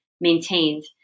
maintained